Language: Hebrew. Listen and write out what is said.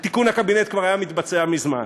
ותיקון הקבינט כבר היה מתבצע מזמן.